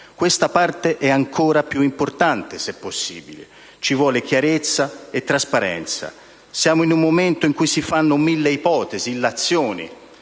possibile, è ancora più importante. Ci vuole chiarezza e trasparenza. Siamo in un momento in cui si fanno mille ipotesi e illazioni: